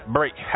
Break